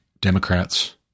Democrats